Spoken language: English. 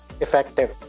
effective